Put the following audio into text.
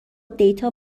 دیتا